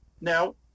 Now